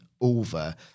over